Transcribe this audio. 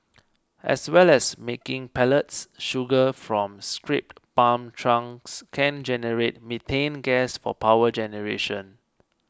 as well as making pellets sugar from scrapped palm trunks can generate methane gas for power generation